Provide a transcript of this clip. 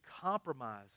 compromise